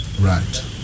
Right